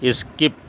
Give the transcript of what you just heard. skip